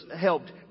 helped